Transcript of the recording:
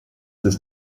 ist